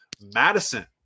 Madison